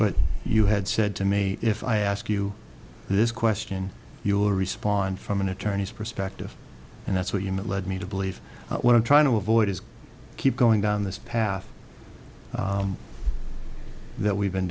but you had said to me if i ask you this question you will respond from an attorney's perspective and that's what you meant led me to believe what i'm trying to avoid is keep going down this path that we've been